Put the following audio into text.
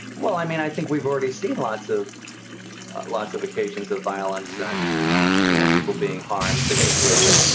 well, i mean, i think we've already seen lots of lots of occasions of violence and you know people being harmed physically. and